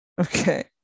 Okay